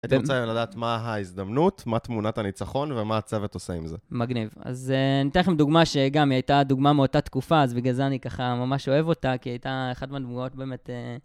אתם רוצים לדעת מה ההזדמנות, מה תמונת הניצחון, ומה הצוות עושה עם זה. מגניב. אז ניתן לכם דוגמה שגם היא הייתה דוגמה מאותה תקופה, אז בגלל זה אני ככה ממש אוהב אותה, כי היא הייתה אחת מהדמויות באמת...